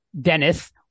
Dennis